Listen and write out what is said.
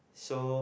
so